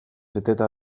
beteta